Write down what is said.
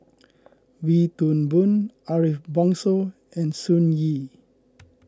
Wee Toon Boon Ariff Bongso and Sun Yee